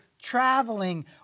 traveling